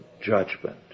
judgment